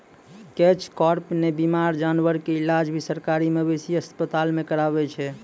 catch कार्प नॅ बीमार जानवर के इलाज भी सरकारी मवेशी अस्पताल मॅ करावै छै